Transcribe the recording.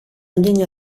llenya